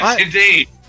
indeed